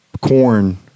corn